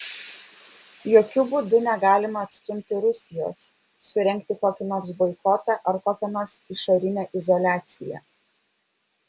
jokiu būdu negalima atstumti rusijos surengti kokį nors boikotą ar kokią nors išorinę izoliaciją